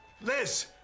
Liz